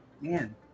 Man